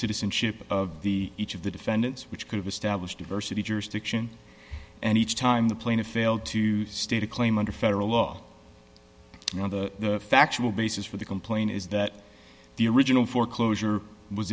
citizenship of the each of the defendants which could establish diversity jurisdiction and each time the plaintiff failed to state a claim under federal law now the factual basis for the complaint is that the original foreclosure was